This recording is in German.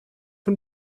von